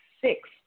six